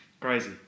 Crazy